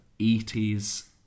80s